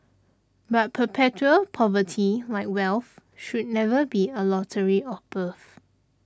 but perpetual poverty like wealth should never be a lottery of birth